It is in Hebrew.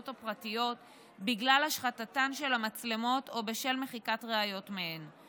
או פרטיות בגלל השחתתן של המצלמות או בשל מחיקת ראיות מהן".